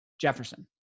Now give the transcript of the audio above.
Jefferson